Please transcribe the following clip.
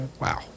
Wow